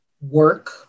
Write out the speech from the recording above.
work